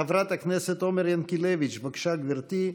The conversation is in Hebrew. חברת הכנסת עומר ינקלביץ', בבקשה, גברתי.